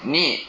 need